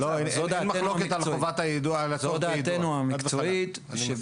אבל זו דעתנו המקצועית.